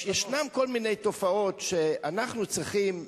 ישנן כל מיני תופעות שאנחנו צריכים,